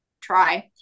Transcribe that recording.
try